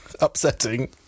upsetting